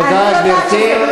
תודה רבה.